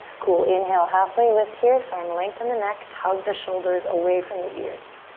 cool, inhale, halfway lift here. find length in the neck, tug the shoulders away from the ears.